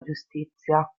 giustizia